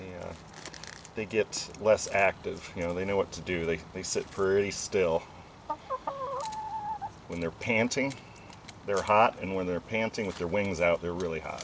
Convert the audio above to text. water they get less active you know they know what to do they they sit perfectly still when they're panting they're hot and when they're panting with their wings out they're really hot